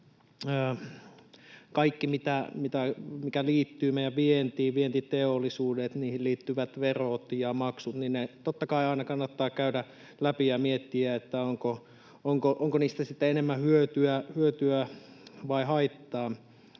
kaikki, mikä liittyy meidän vientiin ja vientiteollisuuteen, niihin liittyvät verot ja maksut, totta kai aina kannattaa käydä läpi ja miettiä, onko niistä sitten enemmän hyötyä vai haittaa,